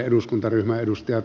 ärade talman